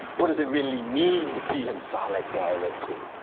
what does it really mean to be in solidarity?